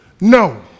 No